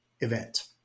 Event